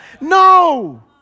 No